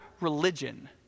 religion—